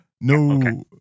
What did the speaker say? No